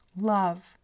love